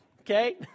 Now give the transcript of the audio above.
okay